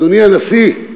אדוני הנשיא,